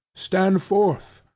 stand forth!